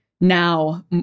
now